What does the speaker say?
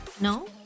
no